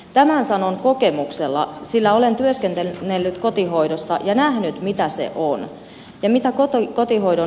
tämän sanon kokemuksella sillä olen työskennellyt kotihoidossa ja nähnyt mitä se on ja mitä kotihoidon arki on